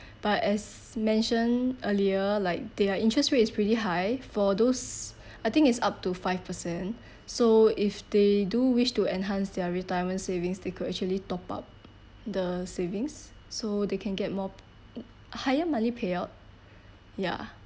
but as mentioned earlier like their interest rate is pretty high for those I think it's up to five percent so if they do wish to enhance their retirement savings they could actually top up the savings so they can get more higher monthly payout ya